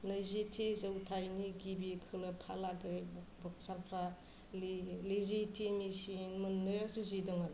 नैजिथि जोंथायनि गिबि खोलोबहालागै बक्सारफ्रा लेजिटिमेसि मोननो जुजिदोंमोन